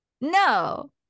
no